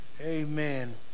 Amen